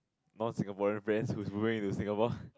non Singaporean friend who's moving into Singapore